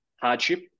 hardship